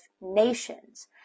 nations